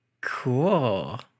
cool